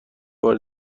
بار